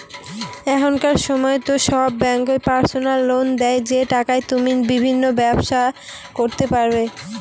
এখনকার সময়তো সব ব্যাঙ্কই পার্সোনাল লোন দেয় যে টাকায় তুমি বিভিন্ন রকমের কাজ করতে পারো